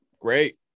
Great